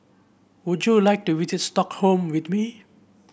would you like to Stockholm with me